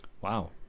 wow